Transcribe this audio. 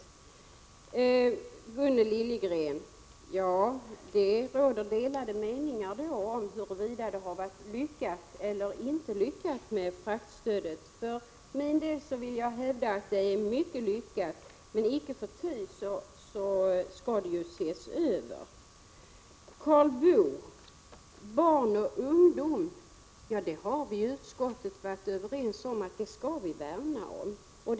Till Gunnel Liljegren vill jag säga att det visserligen råder delade meningar om huruvida fraktstödet har varit lyckat eller inte. Jag vill dock hävda att det har varit en lyckad satsning. Nu skall det ses över. Karl Boo! Vi har i utskottet varit överens om att värna om barn och ungdom.